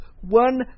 one